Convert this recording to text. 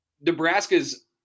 Nebraska's